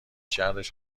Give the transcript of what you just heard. شرش